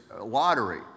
lottery